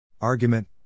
Argument